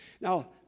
Now